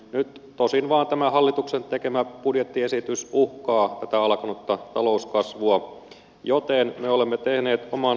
nyt tosin vaan tämä hallituksen tekemä budjettiesitys uhkaa tätä alkanutta talouskasvua joten me olemme tehneet oman vaihtoehtobudjettimme